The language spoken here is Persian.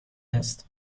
است